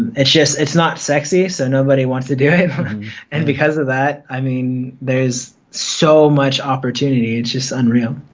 it's just is not sexy, so nobody wants to do it and because of that, i mean there is so much opportunity, it's just unreal.